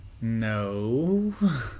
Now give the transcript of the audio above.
No